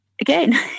Again